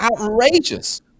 outrageous